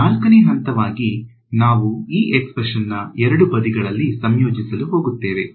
4 ನೇ ಹಂತವಾಗಿ ನಾವು ಈ ಎಕ್ಸ್ಪ್ರೆಶನ್ ನ ಎರಡೂ ಬದಿಗಳಲ್ಲಿ ಸಂಯೋಜಿಸಲು ಹೋಗುತ್ತೇವೆ